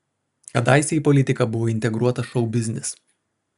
kadaise į politiką buvo integruotas šou biznis